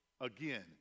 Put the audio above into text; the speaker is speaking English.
again